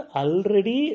already